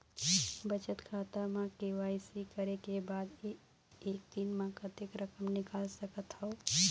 बचत खाता म के.वाई.सी करे के बाद म एक दिन म कतेक रकम निकाल सकत हव?